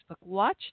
Watch